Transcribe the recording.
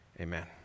amen